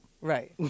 Right